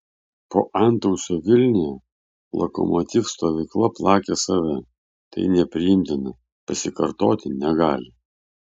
po antausio vilniuje lokomotiv stovykla plakė save tai nepriimtina pasikartoti negali